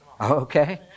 Okay